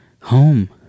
home